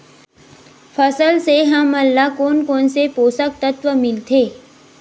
फसल से हमन ला कोन कोन से पोषक तत्व मिलथे?